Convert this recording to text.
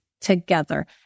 together